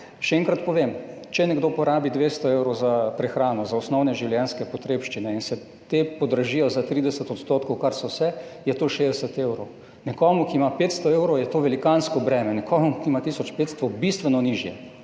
Še enkrat povem. Če nekdo porabi 200 evrov za prehrano, za osnovne življenjske potrebščine in se te podražijo za 30 %, kar so se, je to 60 evrov. Nekomu, ki ima 500 evrov, je to velikansko breme, nekomu, ki ima tisoč 500, bistveno nižje.